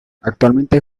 actualmente